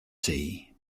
tea